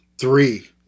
Three